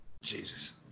Jesus